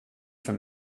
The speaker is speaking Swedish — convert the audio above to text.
för